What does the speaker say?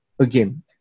again